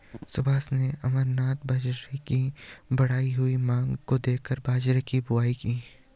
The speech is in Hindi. सुभाष ने अमरनाथ बाजरे की बढ़ती हुई मांग को देखकर बाजरे की बुवाई की